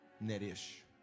Net-ish